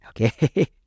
Okay